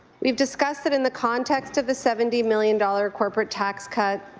we've discussed it in the context of the seventy million-dollar corporate tax cut,